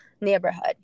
neighborhood